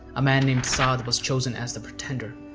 a man named saad was chosen as the pretender.